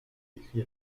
décrit